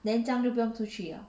then 这样就不用出 liao